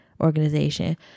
organization